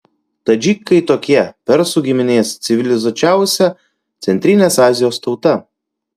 tadžikai tokie persų giminės civilizuočiausia centrinės azijos tauta